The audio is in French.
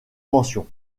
mentions